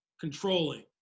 controlling